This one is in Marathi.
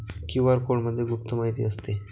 क्यू.आर कोडमध्ये गुप्त माहिती असते